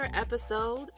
episode